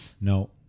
No